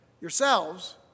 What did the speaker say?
yourselves